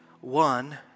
one